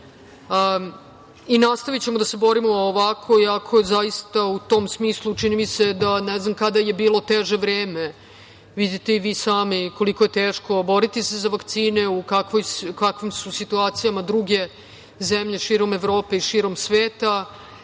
institucija. Nastavićemo da se borimo ovako, iako zaista u tom smislu, čini mi se da ne znam kada je bilo teže vreme. Vidite i vi sami koliko je teško boriti se za vakcine, u kakvim su situacijama druge zemlje širom Evrope i širom sveta